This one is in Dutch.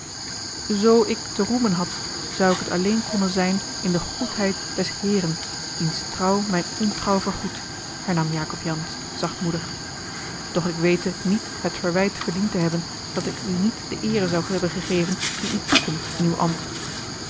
zoo ik te roemen had zou het alleen konnen zijn in de goedheid des heeren diens trouw mijne ontrouw vergoedt hernam jacob jansz zachtmoedig doch ik wete niet het verwijt verdiend te hebben dat ik u niet de eere zou hebben gegeven die u toekomt in uw